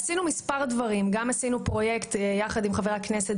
עשינו מספר דברים: עשינו יחד עם חבר הכנסת